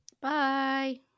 Bye